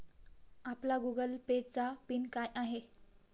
आपला Google Pay चा PIN काय आहे?